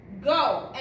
Go